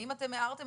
האם אתם הערתם?